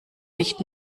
nicht